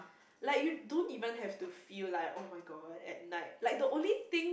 like you don't even have to feel like oh-my-god at night like the only thing